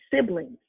siblings